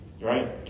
right